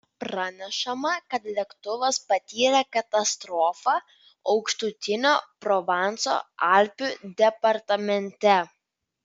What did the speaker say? pranešama kad lėktuvas patyrė katastrofą aukštutinio provanso alpių departamente